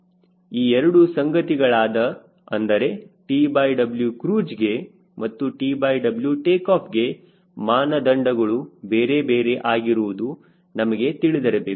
ಈ ಎರಡು ಸಂಗತಿಗಳಾದ ಅಂದರೆ TW ಕ್ರೂಜ್ಗೆ ಮತ್ತು TW ಟೇಕಾಫ್ಗೆ ಮಾನದಂಡಗಳು ಬೇರೆ ಬೇರೆ ಆಗಿರುವುದು ನಮಗೆ ತಿಳಿದಿರಬೇಕು